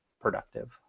productive